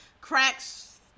cracks